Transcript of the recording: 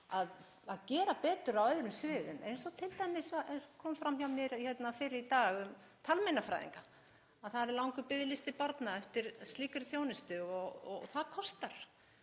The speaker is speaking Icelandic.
að gera betur á öðrum sviðum eins og t.d. kom fram hjá mér fyrr í dag um talmeinafræðinga. Það er langur biðlisti barna eftir slíkri þjónustu og það kostar